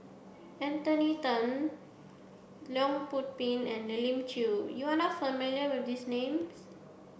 Anthony Then Leong Yoon Pin and Elim Chew you are not familiar with these names